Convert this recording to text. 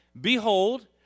Behold